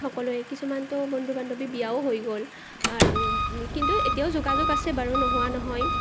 সকলোৱে কিছুমানতো বন্ধু বান্ধৱী বিয়াও হৈ গ'ল আৰু কিন্তু এতিয়াও যোগাযোগ আছে বাৰু নোহোৱা নহয়